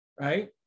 right